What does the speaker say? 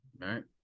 right